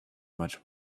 much